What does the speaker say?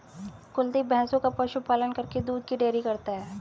कुलदीप भैंसों का पशु पालन करके दूध की डेयरी करता है